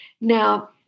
Now